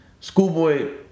Schoolboy